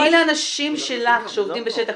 תני לאנשים שלך שעובדים בשטח,